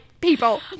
people